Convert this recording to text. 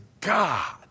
God